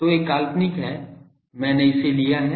तो यह काल्पनिक है मैंने इसे लिया है